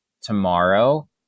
tomorrow